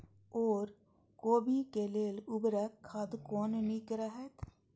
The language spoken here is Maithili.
ओर कोबी के लेल उर्वरक खाद कोन नीक रहैत?